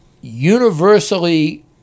universally